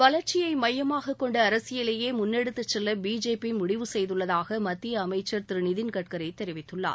வளர்ச்சியை மையமாக கொண்ட அரசியவையே முன்னெடுத்துச் செல்ல பிஜேபி முடிவு செய்துள்ளதாக மத்திய அமைச்சர் திரு நிதின் கட்கரி தெரிவித்துள்ளார்